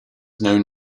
known